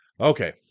Okay